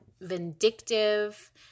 vindictive